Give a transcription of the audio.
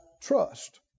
trust